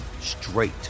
straight